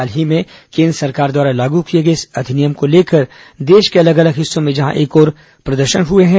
हाल ही में केन्द्र सरकार द्वारा लागू किए गए इस अधिनियम को लेकर देश के अलग अलग हिस्सों में जहां एक ओर प्रदर्शन हुए हैं